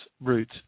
route